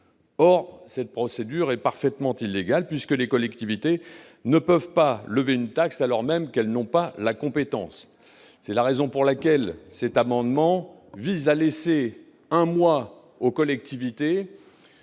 Or cette procédure est parfaitement illégale, puisque les collectivités ne peuvent pas lever une taxe, alors même qu'elles n'ont pas la compétence. C'est la raison pour laquelle cet amendement vise à leur laisser la possibilité